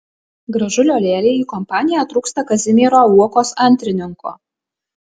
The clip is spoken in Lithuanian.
gražulio lėlei į kompaniją trūksta kazimiero uokos antrininko